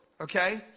okay